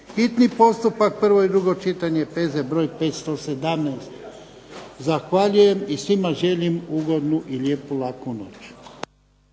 hitni postupak, prvo i drugo čitanje, P.Z. broj 517. Zahvaljujem i svima želim ugodnu i lijepu laku noć.